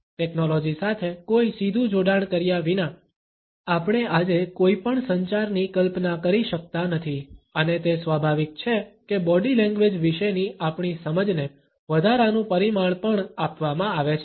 technology સાથે કોઈ સીધુ જોડાણ કર્યા વિના આપણે આજે કોઈ પણ સંચારની કલ્પના કરી શકતા નથી અને તે સ્વાભાવિક છે કે બોડી લેંગ્વેજ વિશેની આપણી સમજને વધારાનું પરિમાણ પણ આપવામાં આવે છે